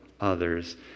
others